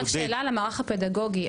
רק שאלה למערך הפדגוגי,